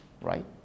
right